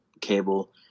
cable